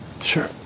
Sure